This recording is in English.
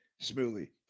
smoothly